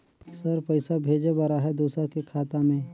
Sir पइसा भेजे बर आहाय दुसर के खाता मे?